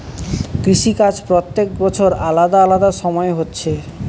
কৃষি কাজ প্রত্যেক বছর আলাদা আলাদা সময় হচ্ছে